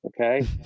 Okay